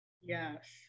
Yes